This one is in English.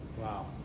Wow